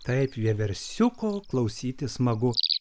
taip vieversiuko klausytis smagu